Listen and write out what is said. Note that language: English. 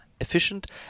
efficient